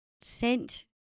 sent